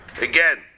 Again